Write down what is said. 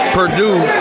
Purdue